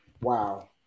Wow